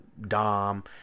Dom